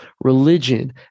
religion